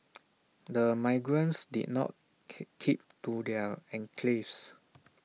the migrants did not keep keep to their enclaves